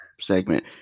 segment